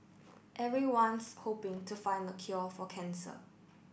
everyone's hoping to find the cure for cancer